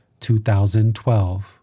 2012